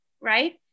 right